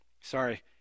sorry